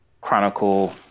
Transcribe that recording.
Chronicle